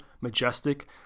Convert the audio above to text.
majestic